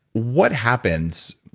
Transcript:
what happens,